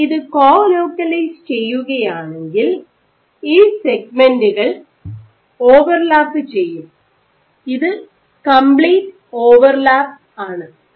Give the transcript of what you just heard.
നിങ്ങൾ ഇത് co localise ചെയ്യുകയാണെങ്കിൽ ഈ സെഗ്മെന്റുകൾ ഓവർലാപ്പ് ചെയ്യും ഇത് കമ്പ്ലീറ്റ് ഓവർലാപ്പാണ്